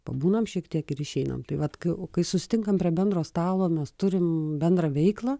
pabūnam šiek tiek ir išeinam tai vat kai o kai susitinkam prie bendro stalo mes turim bendrą veiklą